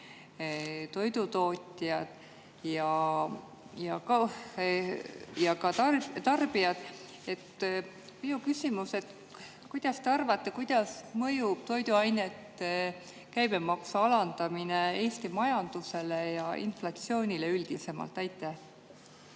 toidutootjad kui ka tarbijad. Minu küsimus on, et mis te arvate, kuidas mõjub toiduainete käibemaksu alandamine Eesti majandusele ja inflatsioonile üldisemalt. Aitäh,